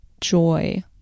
joy